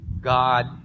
God